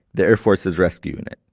the air force's rescue unit.